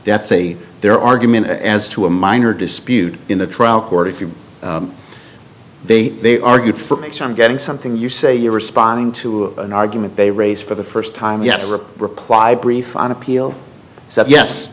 that's a their argument as to a minor dispute in the trial court if you they they argued for makes i'm getting something you say you're responding to an argument they raise for the first time yes or a reply brief on appeal